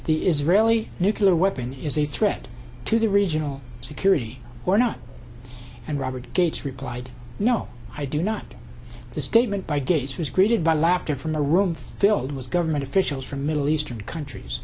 the israeli nuclear weapon is a threat to the regional security or not and robert gates replied no i do not the statement by gates was greeted by laughter from the room filled with government officials from middle eastern countries